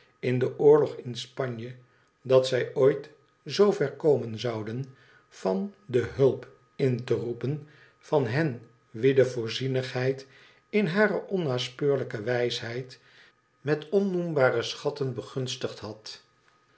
in den oorlog in spanje dat zij ooit zoo ver komen zouden van de hulp in te roepen van hen wie de voorzienigheid in hare onnaspeurlijke wijsheid met onnoemelijke schatten begunstigd had